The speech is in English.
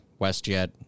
WestJet